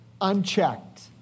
unchecked